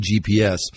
GPS